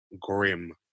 grim